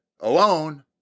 alone